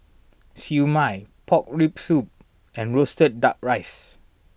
Siew Mai Pork Rib Soup and Roasted Duck Rice